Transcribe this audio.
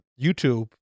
YouTube